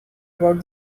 about